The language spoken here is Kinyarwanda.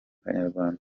kanyarwanda